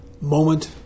moment